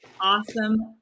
awesome